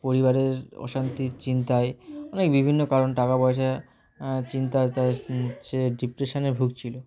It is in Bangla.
পরিবারের অশান্তির চিন্তায় অনেক বিভিন্ন কারণ টাকা পয়সা চিন্তা তার সে ডিপ্রেশানে ভুগছিলো